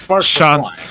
Sean